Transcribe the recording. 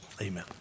amen